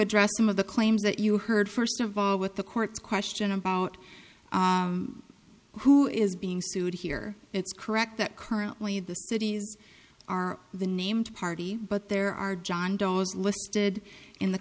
address some of the claims that you heard first of all with the court's question about who is being sued here it's correct that currently the cities are the named party but there are john doe's listed in the